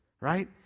Right